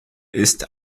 ist